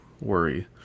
worry